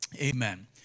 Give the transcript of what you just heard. Amen